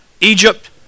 Egypt